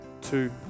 two